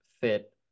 fit